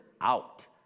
out